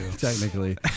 technically